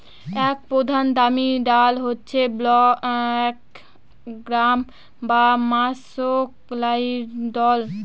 এক প্রধান দামি ডাল হচ্ছে ব্ল্যাক গ্রাম বা মাষকলাইর দল